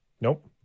Nope